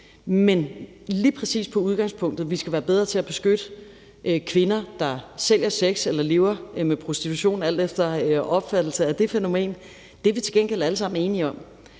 i forbindelse med udgangspunktet, at vi skal være bedre til at beskytte kvinder, der sælger sex eller lever med prostitution, alt efter opfattelse af det fænomen, er vi til gengæld alle sammen enige om.